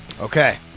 Okay